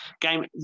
game